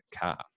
car